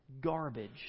garbage